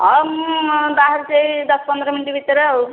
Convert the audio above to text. ମୁଁ ବାହାରୁଛି ଏଇ ଦଶ ପନ୍ଦର ମିନିଟ ଭିତରେ ଆଉ